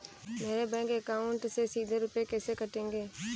मेरे bank account से सीधे रुपए कैसे कटेंगे?